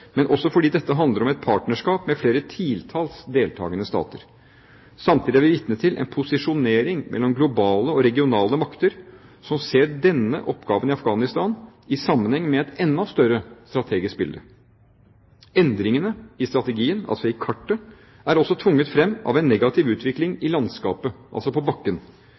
fordi dette handler om et partnerskap med flere titalls deltakende stater. Samtidig er vi vitne til en posisjonering mellom globale og regionale makter som ser denne oppgaven i Afghanistan i sammenheng med et enda større strategisk bilde. Endringene i strategien, i kartet, er også tvunget fram av en negativ utvikling i landskapet – altså på bakken: